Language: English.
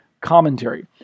commentary